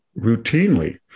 routinely